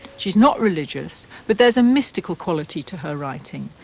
she's not religious. but there's a mystical quality to her writing.